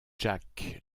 jack